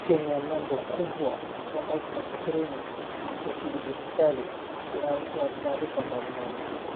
chini ya nembo kubwa pamoja na skrini ya kidijitali inayotoa taarifa mbalimbali.